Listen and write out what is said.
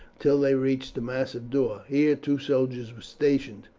until they reached a massive door. here two soldiers were stationed.